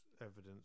evidence